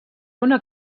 una